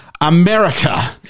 america